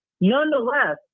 nonetheless